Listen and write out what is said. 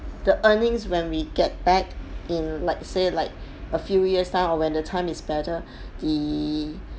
the earnings when we get back in like say like a few years time or when the time is better the